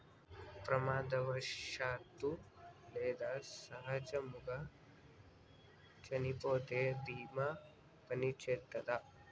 ప్రమాదవశాత్తు లేదా సహజముగా చనిపోతే బీమా పనిచేత్తదా?